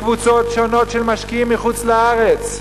לקבוצות שונות של משקיעים מחוץ-לארץ.